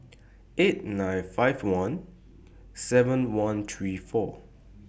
eight nine five one seven one three four